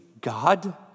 God